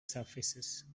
surfaces